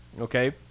Okay